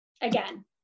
again